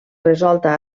resolta